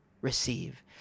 receive